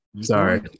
Sorry